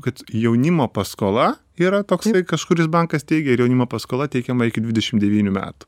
kad jaunimo paskola yra toksai kažkuris bankas teigia ir jaunimo paskola teikiama iki dvidešim devynių metų